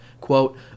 Quote